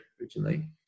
originally